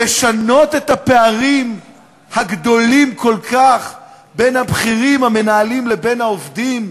לשנות את הפערים הגדולים כל כך בין הבכירים המנהלים לבין העובדים.